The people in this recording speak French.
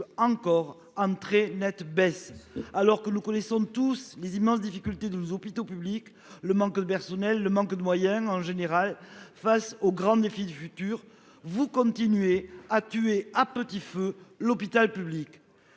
est en très nette baisse, alors que nous connaissons tous les immenses difficultés de nos hôpitaux publics- manque de personnel et de moyens en général. Face aux grands défis du futur, vous continuez de tuer à petit feu l'hôpital public.